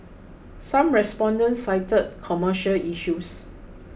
some respondents cited commercial issues